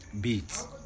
beats